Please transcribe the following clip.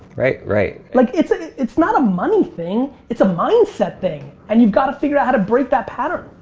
right, right. like, it's ah it's not a money thing. it's a mindset thing. and you gotta figure out how to break that pattern.